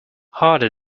harder